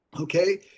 Okay